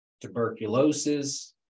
tuberculosis